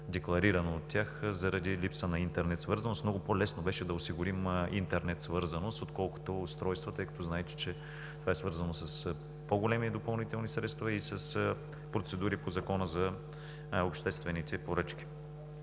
декларирано от тях, заради липса на интернет свързаност. Много по-лесно беше да осигурим интернет свързаност отколкото устройства, тъй като, знаете, че това е свързано с по-големи допълнителни средства и с процедури по Закона за обществените поръчки,